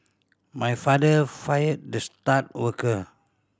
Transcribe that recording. my father fired the star worker